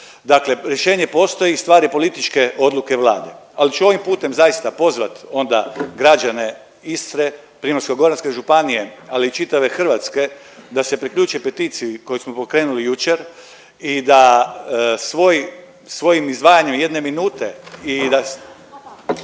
Dakle rješenje postoji i stvar je političke odluke Vlade. Ali ću ovim putem zaista pozvat onda građane Istre, Primorsko-goranske županije ali i čitave Hrvatske da se priključe peticiji koju smo pokrenuli jučer i da svoj, svojim izdvajanjem jedne minute